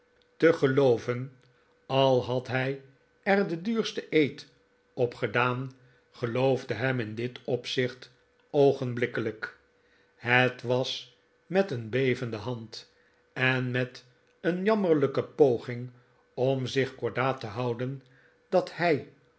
te gelooven al had hij er den duursten eed op gedaan geloofde hem in dit opzicht oogenblikkelijk het was met een bevende hand en met een jammerlijke poging om zich kordaat te houden dat hij